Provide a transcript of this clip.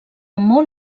molt